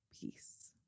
peace